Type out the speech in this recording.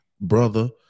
brother